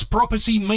Property